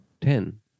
ten